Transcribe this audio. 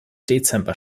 dezember